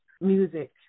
music